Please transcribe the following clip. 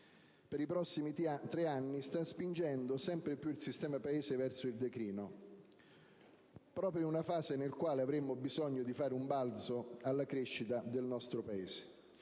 detto poc'anzi) sta spingendo sempre più il sistema paese verso il declino, proprio in una fase nella quale avremmo bisogno di far fare un balzo alla crescita del nostro Paese.